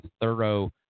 thorough